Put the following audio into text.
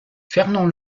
fernand